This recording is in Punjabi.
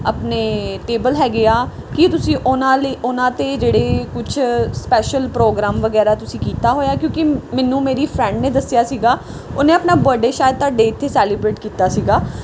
ਆਪਣੇ ਟੇਬਲ ਹੈਗੇ ਆ ਕੀ ਤੁਸੀਂ ਉਹਨਾਂ ਲਈ ਉਹਨਾਂ 'ਤੇ ਜਿਹੜੇ ਕੁਛ ਸਪੈਸ਼ਲ ਪ੍ਰੋਗਰਾਮ ਵਗੈਰਾ ਤੁਸੀਂ ਕੀਤਾ ਹੋਇਆ ਕਿਉਂਕਿ ਮੈਨੂੰ ਮੇਰੀ ਫਰੈਂਡ ਨੇ ਦੱਸਿਆ ਸੀਗਾ ਉਹਨੇ ਆਪਣਾ ਬਰਥਡੇ ਸ਼ਾਇਦ ਤੁਹਾਡੇ ਇੱਥੇ ਸੈਲੀਬਰੇਟ ਕੀਤਾ ਸੀਗਾ